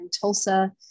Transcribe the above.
Tulsa